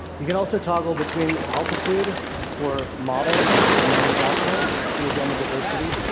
you can also toggle between altitude for model and manufacturer. see again, the diversity.